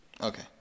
Okay